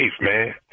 man